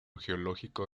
geológico